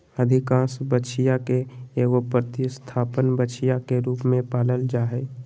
अधिकांश बछिया के एगो प्रतिस्थापन बछिया के रूप में पालल जा हइ